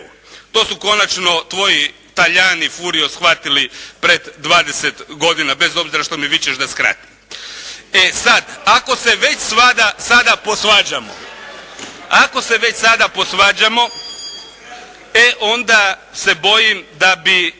To su konačno tvoji Talijani Furio shvatili pred dvadeset godina, bez obzira što mi vičeš da skratim. E sad. Ako se već sada posvađamo, ako se već sada